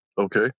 Okay